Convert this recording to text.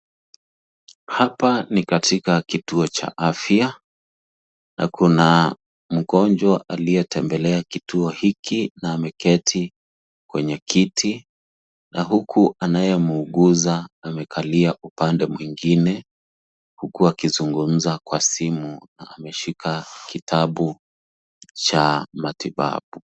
Hapa ni katika kituo cha afya na kuna mgonjwa aliyetembelea kituo hiki na ameketi kwenye kiti na huku anayemwuguza amekalia upande mwingine huku akizungumza kwa simu na ameshika kitabu cha matibabu.